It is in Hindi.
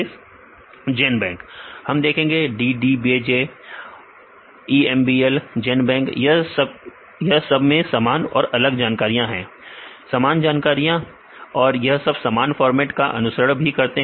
विद्यार्थी जनबैंक हम देखेंगे DDBJ EMBL जनबैंक यह सब में समान और अलग जानकारियां हैं समान जानकारियां और यह सब समान फॉर्मेट का अनुसरण भी करते हैं